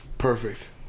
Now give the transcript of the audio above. Perfect